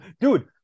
dude